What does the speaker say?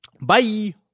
Bye